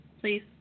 please